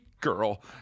girl